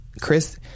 Chris